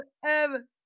forever